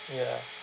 ya